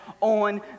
on